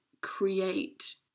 create